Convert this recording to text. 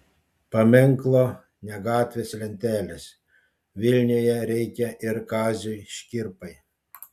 paminklo ne gatvės lentelės vilniuje reikia ir kaziui škirpai